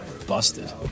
busted